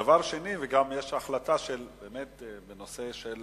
דבר שני, יש החלטה בנושא של